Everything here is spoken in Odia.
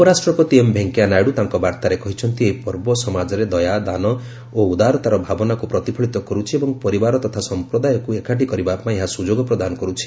ଉପରାଷ୍ଟ୍ରପତି ଏମ୍ ଭେଙ୍କିୟା ନାଇଡୁ ତାଙ୍କ ବାର୍ତ୍ତାରେ କହିଛନ୍ତି ଏହି ପର୍ବ ସମାଜରେ ଦୟା ଦାନ ଓ ଉଦାରତାର ଭାବନାକୁ ପ୍ରତିଫଳିତ କର୍ ଛି ଏବଂ ପରିବାର ତଥା ସମ୍ପ୍ରଦାୟକ୍ତ ଏକାଠି କରାଇବାପାଇଁ ଏହା ସ୍ୱଯୋଗ ପ୍ରଦାନ କର୍ରଛି